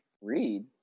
Read